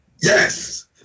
yes